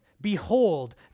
Behold